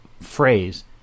phrase